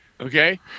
Okay